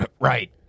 Right